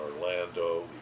Orlando